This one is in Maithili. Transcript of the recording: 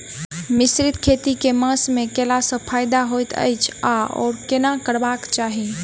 मिश्रित खेती केँ मास मे कैला सँ फायदा हएत अछि आओर केना करबाक चाहि?